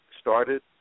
started